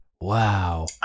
Wow